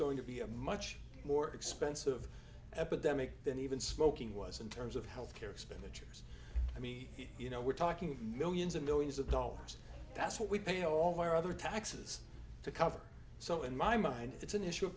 going to be a much more expensive epidemic than even smoking was in terms of health care expenditure i mean you know we're talking millions and millions of dollars that's what we pay all of our other taxes to cover so in my mind it's an issue of